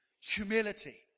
humility